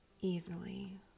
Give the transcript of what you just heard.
Easily